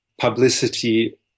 publicity